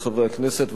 חברות וחברי הכנסת,